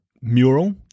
Mural